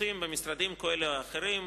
קיצוצים במשרדים כאלה או אחרים,